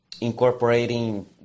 incorporating